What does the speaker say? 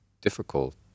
difficult